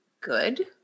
good